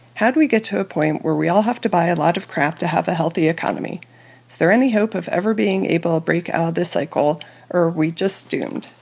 how'd we get to a point where we all have to buy a lot of crap to have a healthy economy? is there any hope of ever being able to break out of this cycle, or are we just doomed?